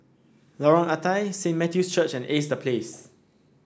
Lorong Ah Thia Saint Matthew's Church and Ace The Place